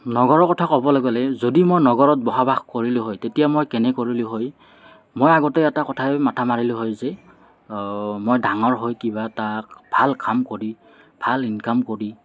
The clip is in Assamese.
নগৰৰ কথা ক'বলৈ গ'লে যদি মই নগৰত বসবাস কৰিলোঁ হয় তেতিয়া মই কেনে কৰিলোঁ হয় মই আগতে এটা কথাই মাথা মাৰিলোঁ হয় যে মই ডাঙৰ হৈ কিবা এটা ভাল কাম কৰি ভাল ইনকাম কৰি